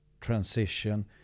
transition